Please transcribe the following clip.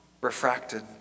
refracted